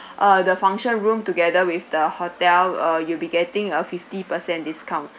uh the function room together with the hotel uh you'll be getting a fifty percent discount